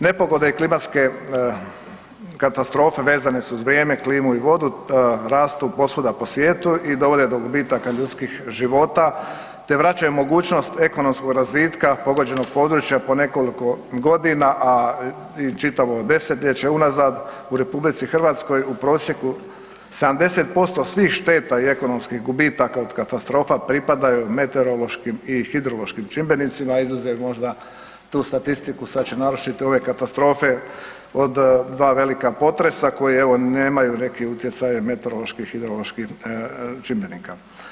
Nepogode i klimatske katastrofe vezane su uz vrijeme, klimu i vodu, rastu posvuda po svijetu i dovode do gubitaka ljudskih života te vraćaju mogućnost ekonomskog razvitka pogođenog područja po nekoliko godina a i čitavo desetljeće unazad u RH u prosjeku 70% svih šteta i ekonomskih gubitaka od katastrofa pripadaju meteorološkim i hidrološkim čimbenicima izuzev možda tu statistiku znači naročito ove katastrofe od dva velika potresa koje evo nemaju neki utjecaj meteoroloških i hidroloških čimbenika.